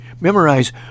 Memorize